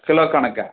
kilo கணக்கா